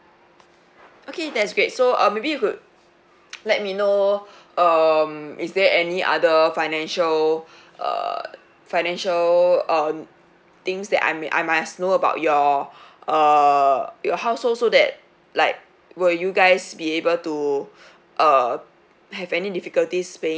okay that's great so uh maybe you could let me know um is there any other financial uh financial um things that I may I must know about your uh your household so that like will you guys be able to uh have any difficulties paying